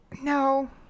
No